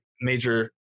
major